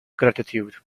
gratitude